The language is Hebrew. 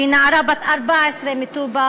שהיא נערה בת 14 מטובא,